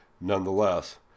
Nonetheless